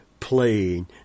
Playing